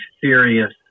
serious